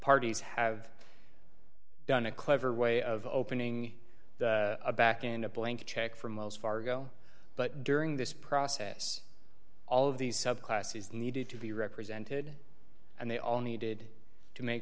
parties have done a clever way of opening a back in a blank check for most fargo but during this process all of these subclasses needed to be represented and they all needed to make